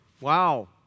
Wow